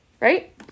Right